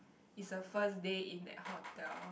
it's your first day in that hotel